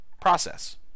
process